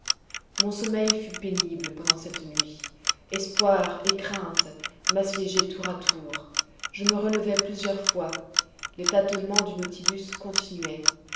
mon sommeil fut pénible pendant cette nuit espoir et crainte m'assiégeaient tour à tour je me relevai plusieurs fois les tâtonnements du nautilus continuaient